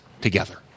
together